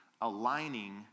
aligning